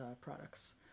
products